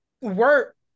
work